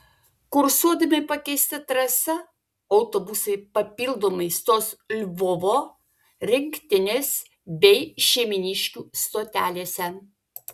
kursuodami pakeista trasa autobusai papildomai stos lvovo rinktinės bei šeimyniškių stotelėse